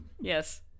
Yes